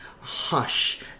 hush